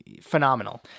phenomenal